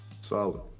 Solid